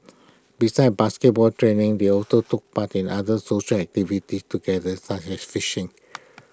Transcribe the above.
besides basketball training they also took part in other social activities together such as fishing